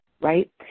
right